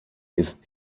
ist